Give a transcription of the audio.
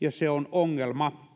ja se on ongelma